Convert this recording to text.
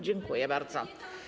Dziękuję bardzo.